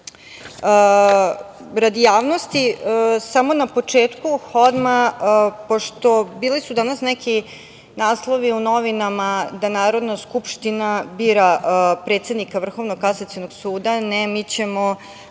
radi javnosti samo na početku odmah, pošto bile su danas neki naslovi u novinama da Narodna skupština bira predsednika Vrhovnog kasacionog suda. Ne, mi ćemo